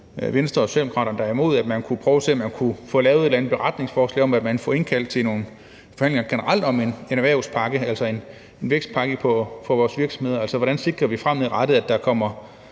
Venstre og Socialdemokraterne er imod, at man kunne prøve at se, om man kunne få lavet et eller andet beretningsforslag om at få indkaldt til nogle forhandlinger generelt om en erhvervspakke, altså en vækstpakke for vores virksomheder og for, hvordan vi fremadrettet sikrer, at der kommer